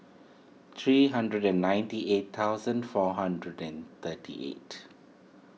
three hundred and ninety eight thousand four hundred and thirty eight